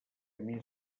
més